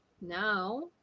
now